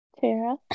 Tara